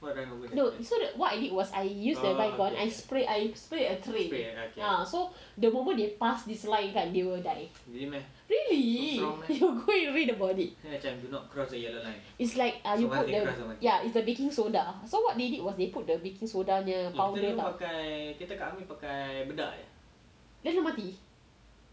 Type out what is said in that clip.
no so what I did was I use the baygon I spray I spray a tray so the moment they pass this line kan they will die really you go and read about it is like you put them ya it's like baking soda so what they did was they put the baking soda punya powder [tau] then semua mati